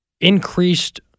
increased